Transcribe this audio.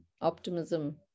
optimism